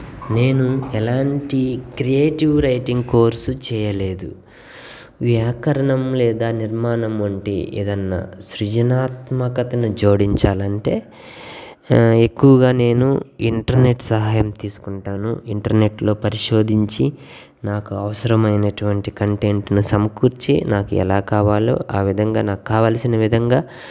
నేను ఎలాంటి creative writing course చేయలేదు వ్యాకరణం లేదా నిర్మాణం వంటి ఏదన్నా సృజనాత్మకతను జోడించాలి అంటే ఎక్కువగా నేను ఇంటర్నెట్ సహాయం తీసుకుంటాను ఇంటర్నెట్లో పరిశోధించి నాకు అవసరమైనటువంటి కంటెంట్ను సమకూర్చి నాకు ఎలా కావాలో ఆ విధంగా నాకు కావలసిన విధంగా